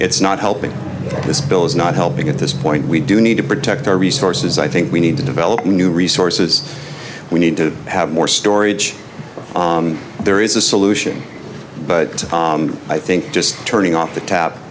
it's not helping this bill is not helping at this point we do need to protect our resources i think we need to develop new resources we need to have more stories there is a solution but i think just turning off the t